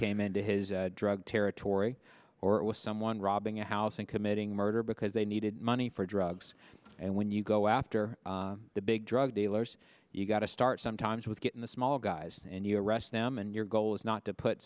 came into his drug territory or was someone robbing a house and committing murder because they needed money for drugs and when you go after the big drug dealers you've got to start sometimes with getting the small guys and you arrest them and your goal is not to put